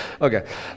okay